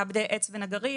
מעבדי עץ ונגרים.